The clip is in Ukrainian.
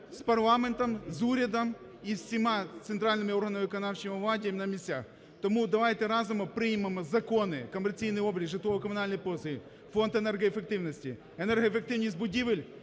з парламентом, з урядом і всіма центральними органами виконавчої влади на місцях. Тому давайте разом приймемо закони: комерційний облік, житлово-комунальні послуги, Фонд енергоефективності, енергоефективність будівель